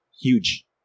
Huge